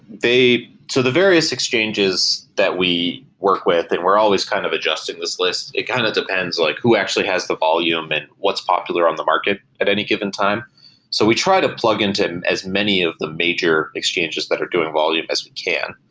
the various exchanges that we work with and we're always kind of adjusting this list, it kind of depends like who actually has the volume and what's popular on the market at any given time so we try to plug into as many of the major exchanges that are doing volume as we can,